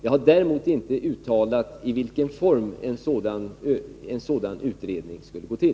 Jag har däremot inte uttalat i vilken form en sådan utredning skall ske.